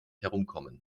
herumkommen